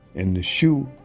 in the shu,